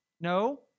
no